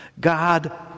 God